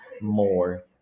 more